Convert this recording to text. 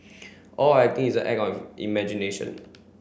all acting is act of imagination